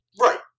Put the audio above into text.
Right